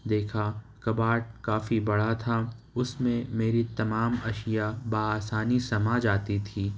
دیکھا cupboard کافی بڑا تھا اُس میں میری تمام اشیاء بآسانی سما جاتی تھی